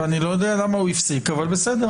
אני לא יודע למה הוא הפסיק, אבל בסדר.